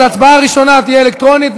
אז ההצבעה הראשונה תהיה אלקטרונית,